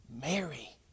Mary